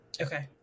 okay